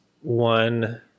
one